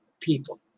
people